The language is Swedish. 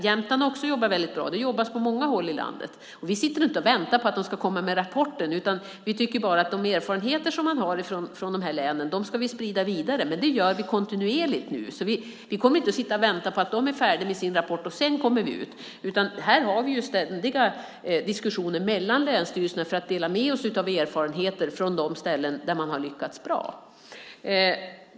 Jämtland har också jobbat väldigt bra. Det jobbas på många håll i landet. Vi sitter inte och väntar på att de ska komma med en rapport. Vi tycker att de erfarenheter som man har från de här länen ska spridas vidare. Det gör vi kontinuerligt nu. Vi kommer inte att sitta och vänta på att de är färdiga med sin rapport för att sedan komma ut, utan här har vi ständiga diskussioner mellan länsstyrelserna för att dela med oss av erfarenheter från de ställen där man har lyckats bra.